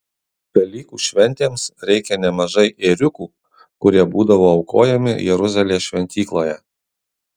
velykų šventėms reikia nemažai ėriukų kurie būdavo aukojami jeruzalės šventykloje